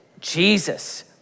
Jesus